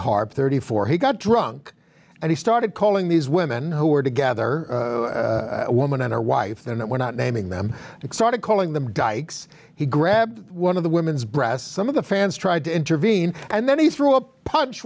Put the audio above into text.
harper thirty four he got drunk and he started calling these women who were together woman and or wife that we're not naming them and started calling them dykes he grabbed one of the women's breasts some of the fans tried to intervene and then he threw a punch